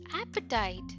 appetite